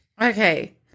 Okay